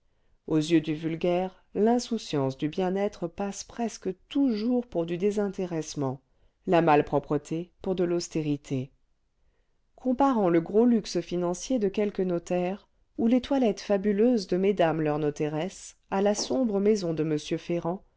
aux yeux du vulgaire l'insouciance du bien-être passe presque toujours pour du désintéressement la malpropreté pour de l'austérité comparant le gros luxe financier de quelques notaires ou les toilettes fabuleuses de mesdames leurs notairesses à la sombre maison de m ferrand